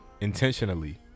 intentionally